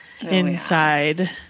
inside